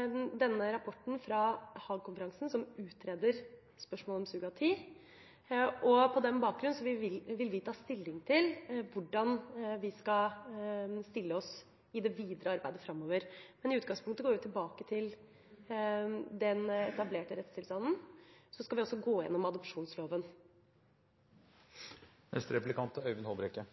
– rapporten fra Haag-konferansen, som utreder spørsmål om surrogati. På den bakgrunn vil vi ta stilling til det videre arbeidet. I utgangspunktet går vi tilbake til den etablerte rettstilstanden. Vi skal også gå igjennom adopsjonsloven. Det er